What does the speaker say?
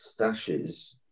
stashes